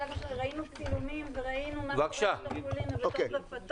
ראינו צילומים וראינו מה קורה בתוך רפתות.